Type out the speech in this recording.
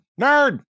Nerd